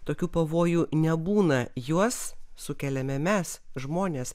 tokių pavojų nebūna juos sukeliame mes žmonės